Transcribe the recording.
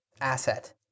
asset